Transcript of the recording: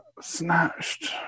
Snatched